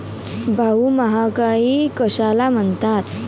भाऊ, महागाई कशाला म्हणतात?